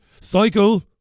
Cycle